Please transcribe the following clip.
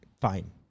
Fine